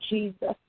Jesus